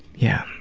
yeah.